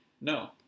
No